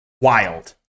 Wild